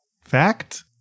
fact